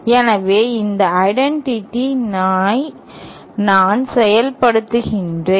எனவே இந்த ஐடென்டிட்டிஐ நான் செயல்படுத்துகிறேன்